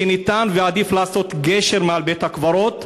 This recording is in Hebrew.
שניתן ועדיף לעשות גשר מעל בית-הקברות,